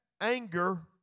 anger